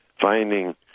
finding